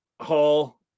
Hall